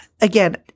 again